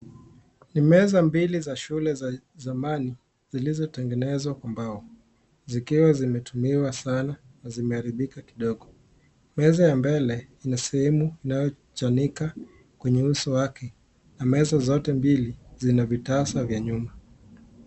Ni meza mbili za shule za zamani zilizotengenezwa kwa mbao zikiwa zimetumiwa sawa na zimeharibika kidogo, meza ya mbele ina sehemu inayochanika kwenye uso wake na meza zote mbili zina vitasa vya nyuma.